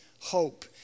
hope